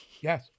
Yes